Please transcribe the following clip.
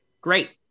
great